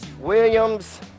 Williams